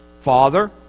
Father